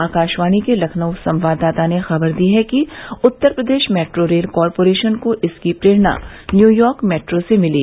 आकाशवाणी के लखनऊ संवाददाता ने खबर दी है कि Uttar Pradesh metro rail corporation को इसकी प्रेरणा न्यूयॉर्क मेट्रो से मिली